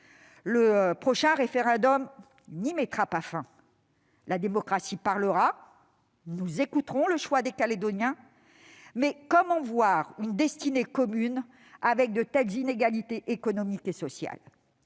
le prochain référendum n'y mettra pas fin. La démocratie parlera ; nous écouterons le choix des Calédoniens. Mais comment imaginer une destinée commune avec de telles inégalités économiques et sociales ?